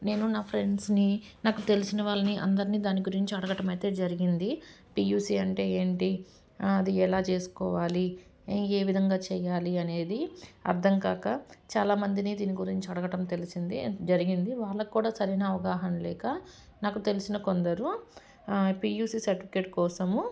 నేను నా ఫ్రెండ్స్ని నాకు తెలిసిన వాళ్ళని అందరినీ దాని గురించి అడగటం అయితే జరిగింది పియూసి అంటే ఏంటి అది ఎలా చేసుకోవాలి ఏ విధంగా చెయ్యాలి అనేది అర్థం కాక చాలామందిని దీని గురించి అడగటం తెలిసింది జరిగింది వాళ్ళకు కూడా సరైన అవగాహన లేక నాకు తెలిసిన కొందరు పీయూసి సర్టిఫికేట్ కోసము